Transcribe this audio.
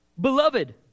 Beloved